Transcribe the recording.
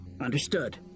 Understood